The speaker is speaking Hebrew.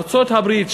ארצות-הברית,